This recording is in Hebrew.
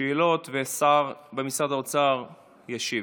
שאלות, והשר במשרד האוצר ישיב.